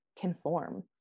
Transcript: conform